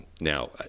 Now